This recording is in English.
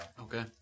Okay